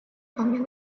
方面